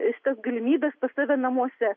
šitas galimybes pas save namuose